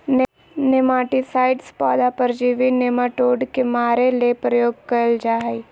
nematicides पौधा परजीवी nematode के मारे ले प्रयोग कयल जा हइ